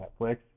Netflix